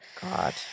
God